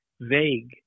vague